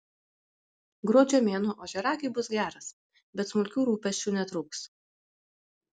gruodžio mėnuo ožiaragiui bus geras bet smulkių rūpesčių netrūks